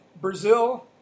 Brazil